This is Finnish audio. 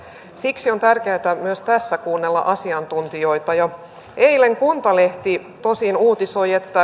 siksi on tärkeätä myös tässä kuunnella asiantuntijoita eilen kuntalehti tosin uutisoi että